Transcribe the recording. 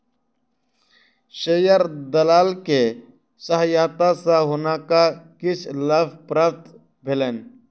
share दलाल के सहायता सॅ हुनका किछ लाभ प्राप्त भेलैन